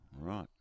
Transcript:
Right